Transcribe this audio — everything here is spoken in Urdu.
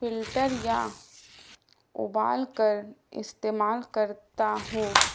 فلٹر یا ابال کر استعمال کرتا ہوں